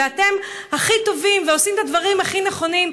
ואתם הכי טובים ועושים את הדברים הכי נכונים,